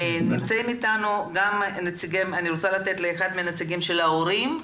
אני רוצה לתת לאחד מנציגי ההורים.